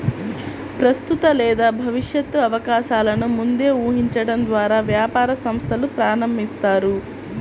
ప్రస్తుత లేదా భవిష్యత్తు అవకాశాలను ముందే ఊహించడం ద్వారా వ్యాపార సంస్థను ప్రారంభిస్తారు